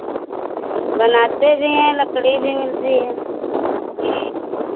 बनाते भी हैं लकड़ी भी मिलती है